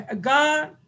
God